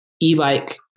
e-bike